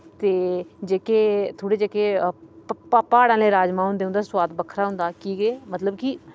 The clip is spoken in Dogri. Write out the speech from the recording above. ते जेह्के थोह्ड़े जेह्के प्हाड़े आह्ले राजमां होंदे उंदा सोआद बक्खरा होंदा कि के मतलब